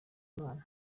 imana